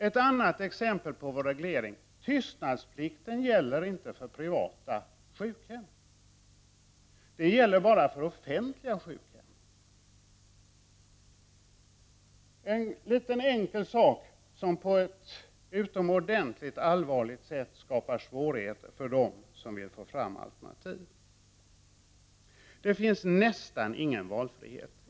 Ett annat exempel på vårdregleringen: tystnadsplikten gäller inte enligt lag på privata sjukhem. Den gäller bara för offentliga sjukhem. Det är en liten enkel sak som på ett utomordentligt allvarligt sätt skapar svårigheter för dem som vill få fram alternativ. Det finns nästan ingen valfrihet.